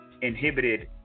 inhibited